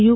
you